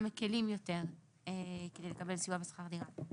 מקלים יותר כדי לקבל סיוע בשכר דירה.